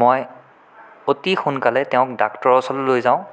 মই অতি সোনকালে তেওঁক ডাক্তৰৰ ওচৰলৈ লৈ যাওঁ